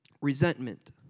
resentment